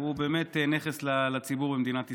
הוא באמת נכס לציבור במדינת ישראל.